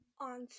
on